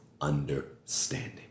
understanding